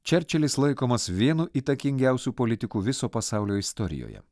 čerčilis laikomas vienu įtakingiausių politikų viso pasaulio istorijoje